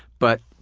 but